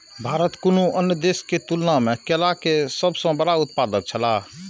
भारत कुनू अन्य देश के तुलना में केला के सब सॉ बड़ा उत्पादक छला